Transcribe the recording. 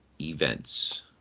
events